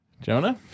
Jonah